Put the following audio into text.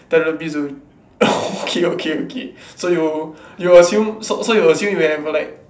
therapy zone okay okay okay so you you'll assume so so you'll assume you have like